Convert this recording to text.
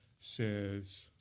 says